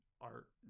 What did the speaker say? art